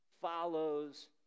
follows